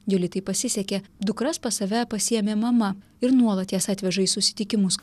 jolitai pasisekė dukras pas save pasiėmė mama ir nuolat jas atveža į susitikimus